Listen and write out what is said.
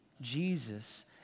jesus